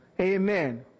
Amen